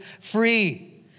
free